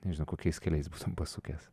nežinau kokiais keliais būtum pasukęs